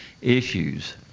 issues